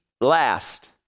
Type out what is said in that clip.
last